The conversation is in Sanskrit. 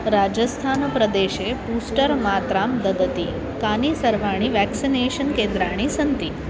राजस्थानप्रदेशे बूस्टर् मात्रां ददति कानि सर्वाणि व्याक्सिनेषन् केन्द्राणि सन्ति